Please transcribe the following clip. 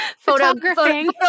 photographing